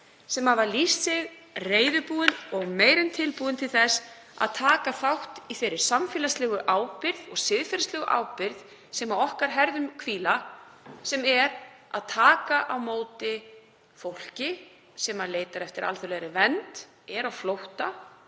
sem hafa lýst sig reiðubúin og meira en tilbúin til þess að taka þátt í þeirri samfélagslegu og siðferðislegu ábyrgð sem hvílir á okkar herðum sem er að taka á móti fólki sem leitar eftir alþjóðlegri vernd, er á flótta